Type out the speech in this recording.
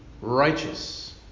righteous